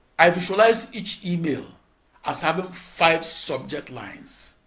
i visualized each email as having five subject lines.